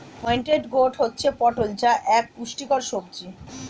pointed gourd হচ্ছে পটল যা এক পুষ্টিকর সবজি